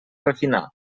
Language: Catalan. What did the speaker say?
refinar